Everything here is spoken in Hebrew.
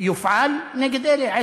יופעל נגד אלה,